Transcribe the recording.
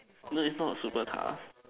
no it's not super tough